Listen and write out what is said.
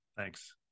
Thanks